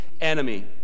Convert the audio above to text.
enemy